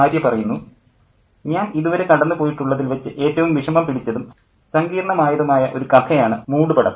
ആര്യ ഞാൻ ഇതുവരെ കടന്നുപോയിട്ടുള്ളതിൽ വെച്ച് ഏറ്റവും വിഷമം പിടിച്ചതും സങ്കീർണ്ണമായതുമായ ഒരു കഥയാണ് മൂടുപടം